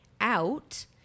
out